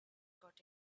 got